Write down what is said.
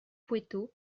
poueyto